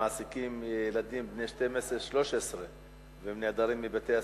מעסיקים ילדים בני 12 13 והם נעדרים מבית-הספר,